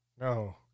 No